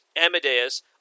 Amadeus